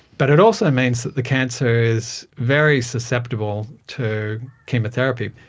but it also means that the cancer is very susceptible to chemotherapy.